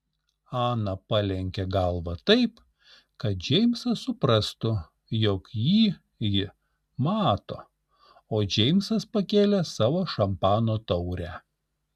ana palenkė galvą taip kad džeimsas suprastų jog jį ji mato o džeimsas pakėlė savo šampano taurę